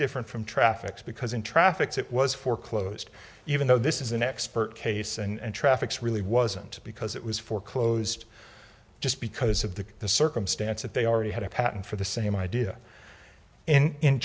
different from traffics because in traffics it was foreclosed even though this is an expert case and traffic's really wasn't because it was foreclosed just because of the the circumstance that they already had a patent for the same idea in